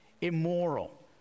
immoral